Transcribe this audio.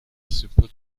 simple